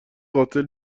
قاتل